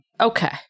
Okay